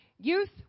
youth